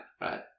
Right